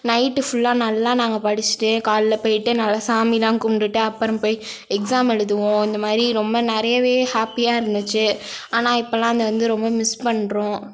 night ஃபுல்லாக நல்லா நாங்கள் படித்துட்டு காலைல போயிட்டு நல்லா சாமிலாம் கும்பிட்டுட்டு அப்புறம் போய் எக்ஸாம் எழுதுவோம் இந்த மாதிரி ரொம்ப நிறையவே ஹேப்பியாக இருந்துச்சு ஆனால் இப்போல்லாம் அதை வந்து ரொம்ப மிஸ் பண்ணுறோம்